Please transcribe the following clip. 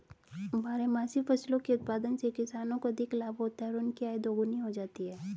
बारहमासी फसलों के उत्पादन से किसानों को अधिक लाभ होता है और उनकी आय दोगुनी हो जाती है